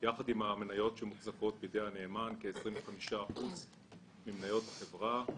ביחד עם המניות שמוחזקות על ידי הנאמן כ-25% ממניות החברה,